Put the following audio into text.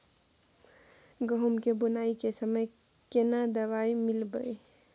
गहूम के बुनाई के समय केना दवाई मिलैबे?